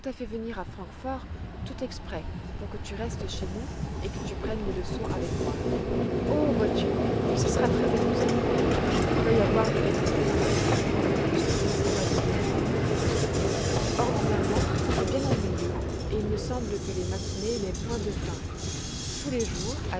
t'a fait venir à francfort tout exprès pour que tu restes chez nous et que tu prennes les leçons avec moi oh vois-tu ce sera très amusant il va y avoir du nouveau dans les leçons puisque tu ne sais pas lire ordinairement c'est bien ennuyeux et il me semble que les matinées n'aient point de fin tous les jours